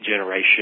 generation